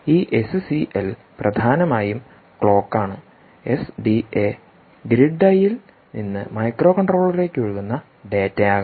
ഈ എസ്സിഎൽ പ്രധാനമായും ക്ലോക്കാണ് എസ്ഡിഎ ഗ്രിഡ് ഐയിൽ നിന്ന് മൈക്രോകൺട്രോളറിലേക്ക് ഒഴുകുന്ന ഡാറ്റയാകാം